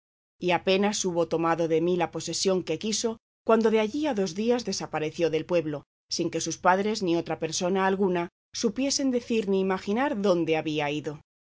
y apenas hubo tomado de mí la posesión que quiso cuando de allí a dos días desapareció del pueblo sin que sus padres ni otra persona alguna supiesen decir ni imaginar dónde había ido